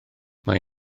mae